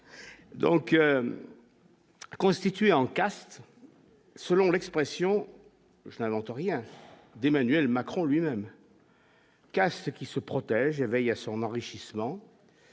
donc constitué Ankara, selon l'expression, je n'invente rien d'Emmanuel Macron, lui-même. à ceux qui se protègent veille à son enrichissement.